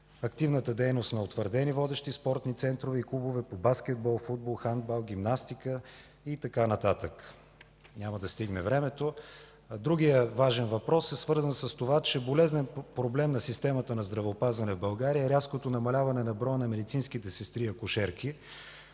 активната дейност на утвърдени водещи спортни центрове и клубове по баскетбол, футбол, хандбал, гимнастика и така нататък. Другият важен въпрос е свързан с това, че болезнен проблем на системата на здравеопазването в България е рязкото намаляване на броя на медицинските сестри и акушерки.